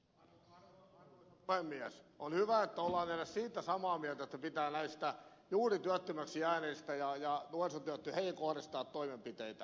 on hyvä että ollaan edes siitä samaa mieltä että pitää näihin juuri työttömäksi jääneisiin ja nuorisotyöttömiin kohdistaa toimenpiteitä